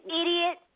idiot